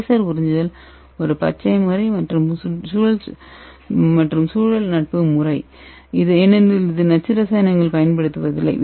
laser உறிஞ்சுதல் ஒரு பச்சை முறை மற்றும் சூழல் நட்பு முறை ஏனெனில் இது நச்சு இரசாயனங்களை பயன்படுத்துவதில்லை